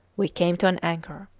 we came to an anchor!